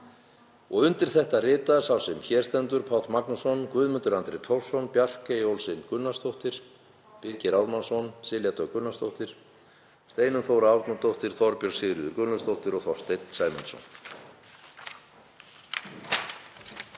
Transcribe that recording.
nefndarálitið rita sá sem hér stendur, Páll Magnússon, Guðmundur Andri Thorsson, Bjarkey Olsen Gunnarsdóttir, Birgir Ármannsson, Silja Dögg Gunnarsdóttir, Steinunn Þóra Árnadóttir, Þorbjörg Sigríður Gunnlaugsdóttir og Þorsteinn Sæmundsson.